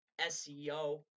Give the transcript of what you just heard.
SEO